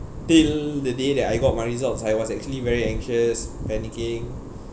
till the day that I got my results I was actually very anxious panicking